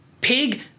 Pig